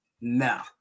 No